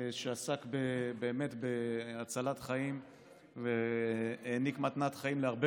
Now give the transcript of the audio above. שעסק באמת בהצלת חיים והעניק מתנת חיים להרבה